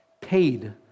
paid